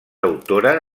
autora